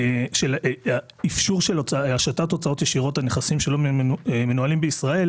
של אפשור השתת הוצאות ישירות על נכסים שלא מנוהלים בישראל,